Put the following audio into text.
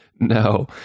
No